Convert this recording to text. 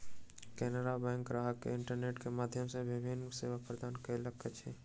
Canara bank ग्राहक के internet के माध्यम सॅ विभिन्न सेवा प्रदान करैत अछि